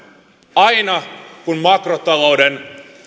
aina kun makrotalouden